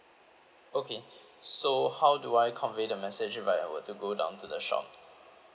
okay so how do I convey the message if I were to go down to the shop